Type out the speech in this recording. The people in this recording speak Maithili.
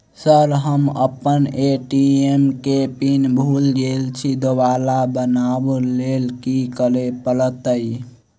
सर हम अप्पन ए.टी.एम केँ पिन भूल गेल छी दोबारा बनाब लैल की करऽ परतै?